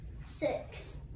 Six